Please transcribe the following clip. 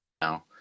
now